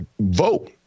vote